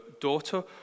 daughter